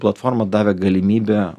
platforma davė galimybę